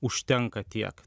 užtenka tiek